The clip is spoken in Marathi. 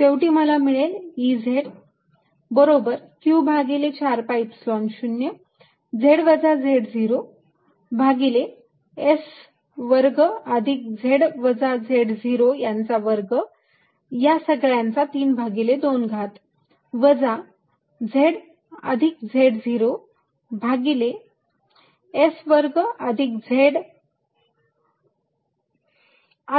शेवटी मला मिळेल Ez बरोबर q भागिले 4 pi Epsilon 0 z वजा z0 भागिले s वर्ग अधिक z वजा z0 यांचा वर्ग या सगळ्यांचा 32 घात वजा z अधिक z0 भागिले s वर्ग अधिक z